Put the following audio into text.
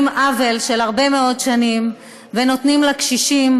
עוול של הרבה מאוד שנים ונותנים לקשישים,